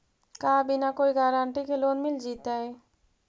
का बिना कोई गारंटी के लोन मिल जीईतै?